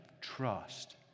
trust